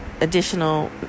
additional